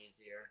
easier